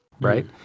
right